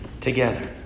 Together